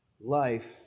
life